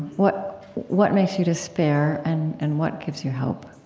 what what makes you despair, and and what gives you hope?